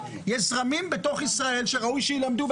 יש זרמים בתוך ישראל שראוי שיילמדו,